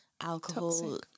Alcohol